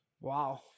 Wow